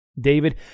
David